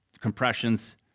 compressions